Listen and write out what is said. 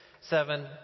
seven